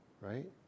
right